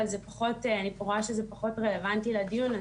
אבל אני רואה שזה פחות רלוונטי לדיון,